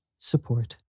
Support